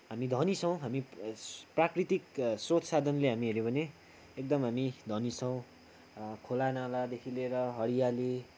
हामी धनी छौँ यस प्राकृतिक स्रोत साधनले हेऱ्यौँ भने एकदम हामी धनी छौँ खोला नालादेखि लिएर हरियाली